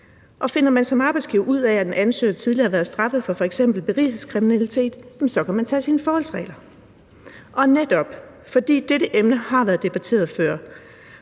Og finder man som arbejdsgiver ud af, at en ansøger tidligere har været straffet for f.eks. berigelseskriminalitet, kan man tage sine forholdsregler. Netop fordi dette emne har været debatteret før,